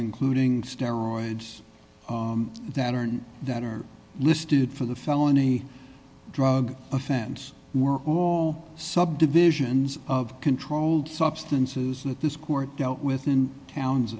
including steroids that are not that are listed for the felony drug offense subdivisions of controlled substances that this court dealt with in towns